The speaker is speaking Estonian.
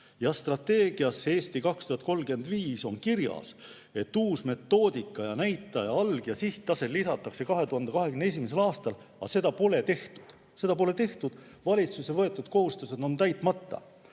Strateegias "Eesti 2035" on kirjas, et uus metoodika ja näitaja alg- ja sihttase lisatakse 2021. aastal, aga seda pole tehtud. Seda pole tehtud! Valitsuse võetud kohustused on täitmata.